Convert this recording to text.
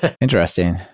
Interesting